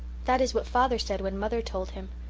that is what father said when mother told him.